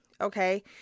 Okay